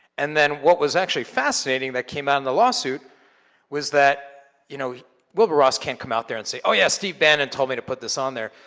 and then what was actually fascinating that came out in the lawsuit was that you know wilbur ross can't come out there and say, oh yeah, steve bannon told me to put this on there.